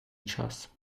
час